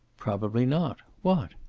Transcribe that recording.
probably not. what?